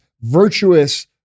virtuous